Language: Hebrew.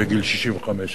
בגיל 65,